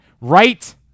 right